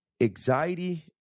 Anxiety